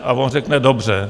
A on řekne dobře,